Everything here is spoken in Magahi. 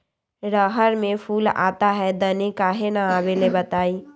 रहर मे फूल आता हैं दने काहे न आबेले बताई?